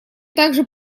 также